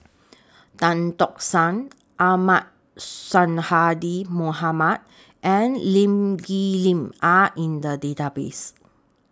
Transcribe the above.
Tan Tock San Ahmad Sonhadji Mohamad and Lee Kip Lin Are in The Database